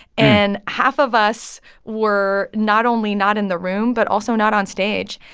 and half of us were not only not in the room, but also not on stage.